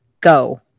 Go